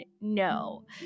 no